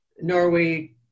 Norway